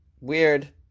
Weird